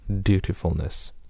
dutifulness